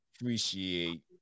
appreciate